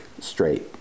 straight